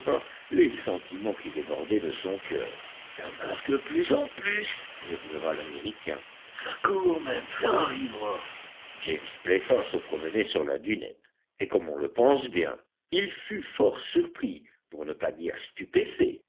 les sentiments qui débordaient de son cœur ca marche de plus en plus murmura l'américain ca court même ça arrivera james playfair se promenait sur la dunette et comme on le pense bien il fut fort surpris pour ne pas dire stupéfait